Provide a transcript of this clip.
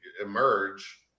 emerge